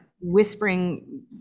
whispering